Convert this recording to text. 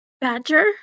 Badger